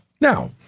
Now